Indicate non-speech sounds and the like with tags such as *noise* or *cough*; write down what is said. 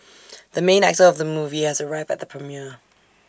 *noise* the main actor of the movie has arrived at the premiere